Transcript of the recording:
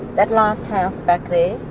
that last house back there